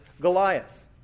Goliath